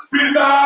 Pizza